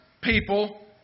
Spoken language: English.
people